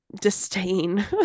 disdain